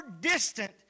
distant